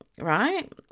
right